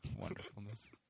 wonderfulness